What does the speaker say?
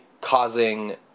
causing